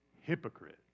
Hypocrite